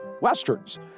westerns